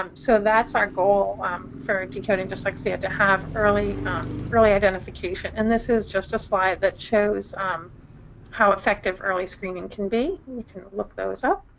um so that's our goal for decoding dyslexia. to have early early identification. and this is just a slide that shows how effective early screening can be. you can look those up.